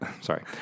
Sorry